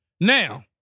Now